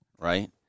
right